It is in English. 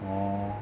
orh